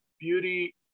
Beauty